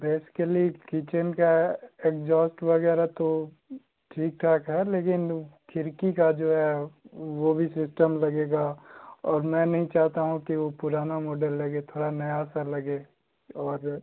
basically kitchen का exhaust वगैरह तो ठीक ठाक है लेकिन खिड़की का जो है वो भी सिस्टम लगेगा और मैं नहीं चाहता हूँ कि वो पुराना मोडल लगे थोड़ा नया सा लगे और